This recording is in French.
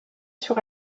sur